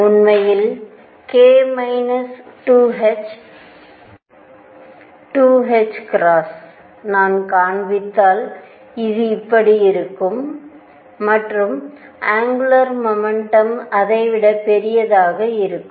உண்மையில் k minus 2 h 2 நான் காண்பித்தால் இது இப்படி இருக்கும் மற்றும் அங்குலார் மொமெண்டம் அதை விட பெரியதாக இருக்கும்